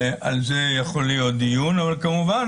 על זה יכול להיות דיון אבל כמובן,